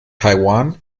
taiwan